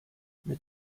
mit